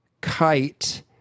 kite